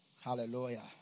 Hallelujah